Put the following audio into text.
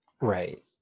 right